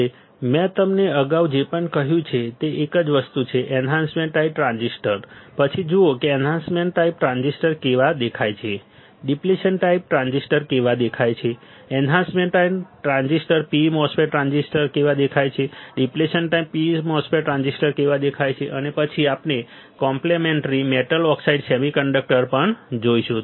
હવે મેં તમને અગાઉ જે પણ કહ્યું છે તે એક જ વસ્તુ છે એન્હાન્સમેન્ટ ટાઈપ ટ્રાન્ઝિસ્ટર પછી જુઓ કે એન્હાન્સમેન્ટ ટાઈપ ટ્રાન્ઝિસ્ટર કેવા દેખાય છે ડિપ્લેશન ટાઈપ ટ્રાન્ઝિસ્ટર કેવા દેખાય છે enhancement type P MOS transistor કેવા દેખાય છે depletion type P MOS transistor કેવા દેખાય છે અને પછી આપણે કોમ્પલિમેન્ટરી મેટલ ઓક્સાઇડ સેમિકન્ડક્ટર પણ જોઈશું